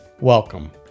Welcome